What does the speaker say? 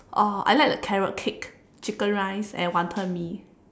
oh I like the carrot cake chicken rice and wanton mee